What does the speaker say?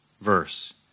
verse